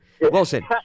Wilson